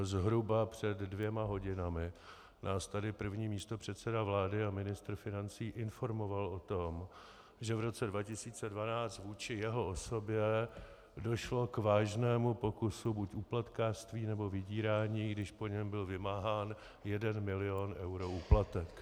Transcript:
Zhruba před dvěma hodinami nás tady první místopředseda vlády a ministr financí informoval o tom, že v roce 2012 vůči jeho osobě došlo k vážnému pokusu buď úplatkářství, nebo vydírání, když po něm byl vymáhán jeden milion eur úplatek.